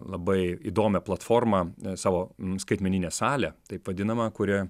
labai įdomią platformą savo skaitmeninę salę taip vadinamą kuri